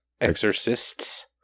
Exorcists